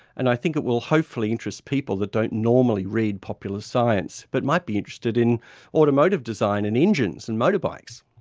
and i think it will hopefully interest people that don't normally read popular science but might be interested in automotive design and engines and motorbikes.